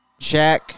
Shaq